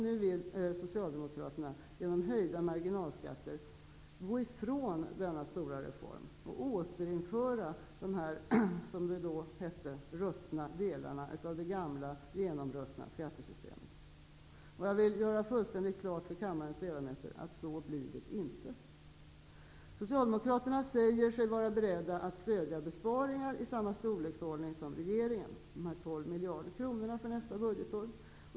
Nu vill Socialdemokraterna genom höjda marginalskatter gå ifrån denna stora reform och återinföra dessa, som det hette, ruttna delar av det gamla genomruttna skattesystemet. Jag vill göra fullständigt klart för kammarens ledamöter: Så blir det inte. Socialdemokraterna säger sig vara beredda att stödja besparingar i samma storleksordning som regeringen. Dessa 12 miljarder för nästa budgetår.